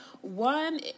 one